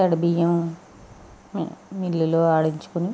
తడి బియ్యం మిల్లులో ఆడించుకుని